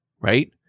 right